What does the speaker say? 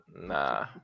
Nah